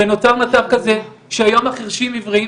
ונוצר מצב כזה שהיום החרשים עיוורים